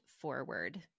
forward